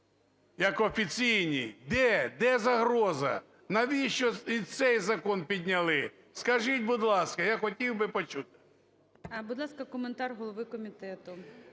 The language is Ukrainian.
як офіційній? Де, де загроза? Навіщо і цей закон підняли, скажіть, будь ласка, я хотів би почути.